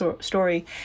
story